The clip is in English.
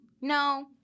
no